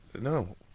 No